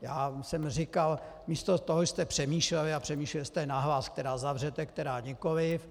Já jsem neříkal místo toho, že jste přemýšleli a přemýšleli jste nahlas, která zavřete a která nikoliv.